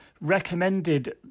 recommended